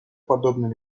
подобный